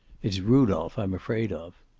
it's rudolph i'm afraid of.